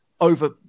over